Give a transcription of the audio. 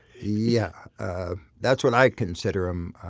yeah ah that's what i consider them.